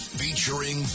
featuring